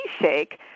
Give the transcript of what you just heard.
shake